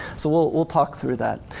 so we'll we'll talk through that.